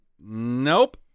Nope